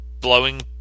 blowing